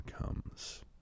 comes